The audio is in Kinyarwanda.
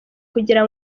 kugira